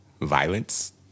Violence